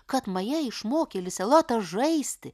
kad maja išmokė lisę lotą žaisti